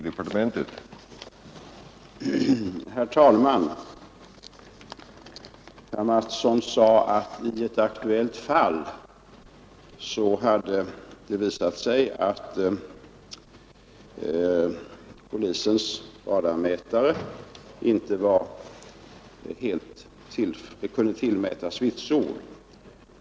Herr talman! Herr Mattsson i Skee sade att det i ett aktuellt fall hade visat sig att polisens radarmätare inte helt kunde tillmätas vitsord.